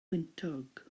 wyntog